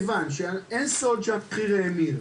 כיוון שאין סוד שהמחיר האמיר,